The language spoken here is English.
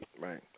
Right